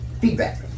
feedback